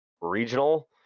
regional